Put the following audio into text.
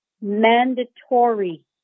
mandatory